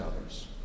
others